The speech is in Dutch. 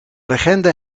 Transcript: legende